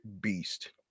beast